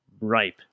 ripe